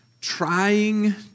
trying